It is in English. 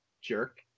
jerk